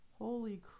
Holy